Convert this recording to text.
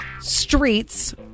streets